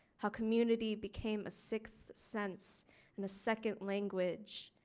how community became a sixth sense and a second language.